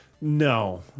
No